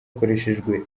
hakoreshejwe